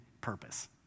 purpose